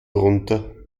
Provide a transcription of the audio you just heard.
runter